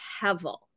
Hevel